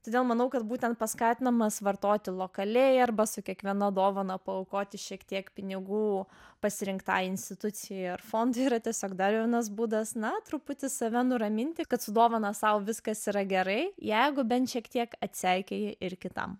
todėl manau kad būten paskatinamas vartoti lokaliai arba su kiekviena dovana paaukoti šiek tiek pinigų pasirinktai institucijai ar fondui yra tiesiog dar vienas būdas na truputį save nuraminti kad su dovana sau viskas yra gerai jeigu bent šiek tiek atseikėjai ir kitam